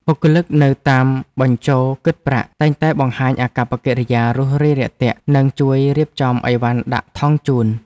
បុគ្គលិកនៅតាមបញ្ជរគិតប្រាក់តែងតែបង្ហាញអាកប្បកិរិយារួសរាយរាក់ទាក់និងជួយរៀបចំអីវ៉ាន់ដាក់ថង់ជូន។